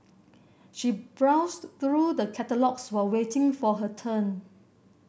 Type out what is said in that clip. she browsed through the catalogues while waiting for her turn